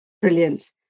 brilliant